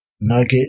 nugget